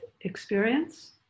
experience